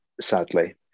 sadly